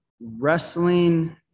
Wrestling